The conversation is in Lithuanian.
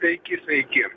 sveiki sveiki